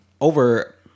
over